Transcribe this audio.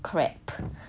crap